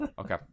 okay